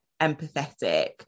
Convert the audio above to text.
empathetic